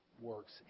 works